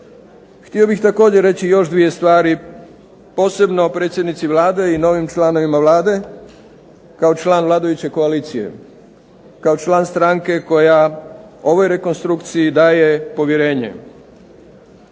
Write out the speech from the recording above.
Htio bih također reći još dvije stvari, posebno predsjednici Vlade i novim članovima Vlade kao član vladajuće koalicije, kao član stranke koja ovoj rekonstrukciji daje povjerenje.